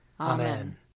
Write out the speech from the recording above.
Amen